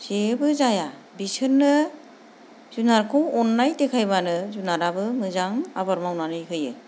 जेबो जाया बिसोरनो जुनारखौ अननाय देखायब्लानो जुनाराबो मोजां आबाद मावना होयो